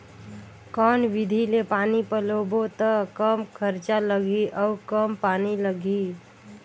कौन विधि ले पानी पलोबो त कम खरचा लगही अउ कम पानी लगही?